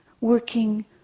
working